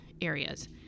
areas